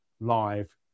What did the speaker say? live